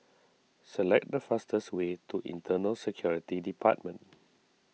select the fastest way to Internal Security Department